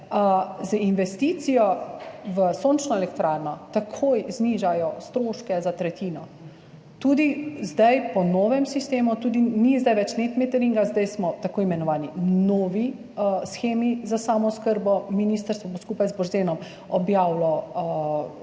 z investicijo v sončno elektrarno takoj znižajo stroške za tretjino. Tudi zdaj po novem sistemu, zdaj ni več NET meteringa, zdaj smo v tako imenovani novi shemi za samooskrbo. Ministrstvo bo skupaj z Borzenom junija